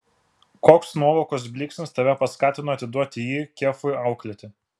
koks nuovokos blyksnis tave paskatino atiduoti jį kefui auklėti